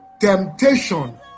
temptation